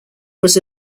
was